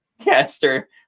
caster